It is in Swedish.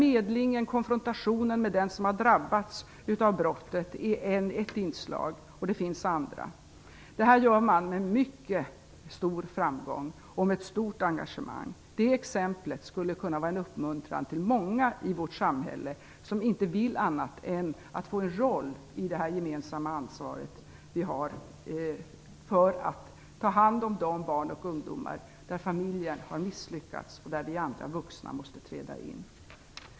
Medling och konfrontation med dem som har drabbats av brottet är där ett inslag, och det finns andra. Detta gör man med mycket stor framgång och med ett stort engagemang. Det exemplet skulle kunna vara en uppmuntran till många i vårt samhälle som inte vill annat än att få en roll i det gemensamma ansvar vi har för att ta hand om de barn och ungdomar där familjen har misslyckats och där vi andra vuxna måste träda in.